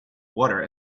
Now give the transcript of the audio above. water